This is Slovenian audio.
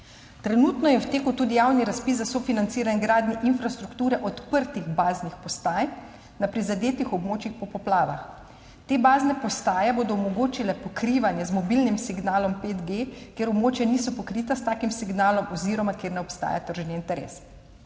Trenutno je v teku tudi javni razpis za sofinanciranje gradnje infrastrukture odprtih baznih postaj na prizadetih območjih po poplavah. Te bazne postaje bodo omogočile pokrivanje z mobilnim signalom 5G, kjer območja niso pokrita s takim signalom oziroma kjer ne obstaja tržni interes.